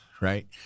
right